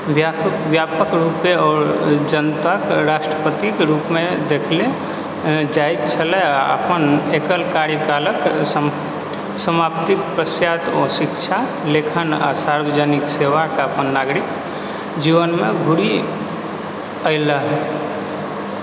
व्यापक व्यापक रूपेँ ओ जनताक राष्ट्रपतिक रूपमे देखले जाइत छलाह आ अपन एकल कार्यकालक सम समाप्तिक पश्चात ओ शिक्षा लेखन आ सार्वजनिक सेवाक अपन नागरिक जीवनमे घूरि अयलाह